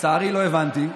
לצערי לא הבנתי.